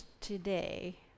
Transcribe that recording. today